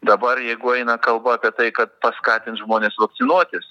dabar jeigu eina kalba apie tai kad paskatins žmones vakcinuotis